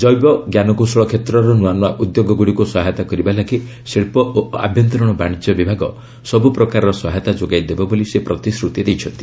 ଜୈବ ଞ୍ଜାନକୌଶଳ କ୍ଷେତ୍ରର ନୂଆନୂଆ ଉଦ୍ୟୋଗଗୁଡ଼ିକୁ ସହାୟତା କରିବା ଲାଗି ଶିଳ୍ପ ଓ ଆଭ୍ୟନ୍ତରୀଣ ବାଣିଜ୍ୟ ବିଭାଗ ସବୁପ୍ରକାର ସହାୟତା ଯୋଗାଇଦେବ ବୋଲି ସେ ପ୍ରତିଶ୍ରଦି ଦେଇଛନ୍ତି